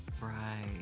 Right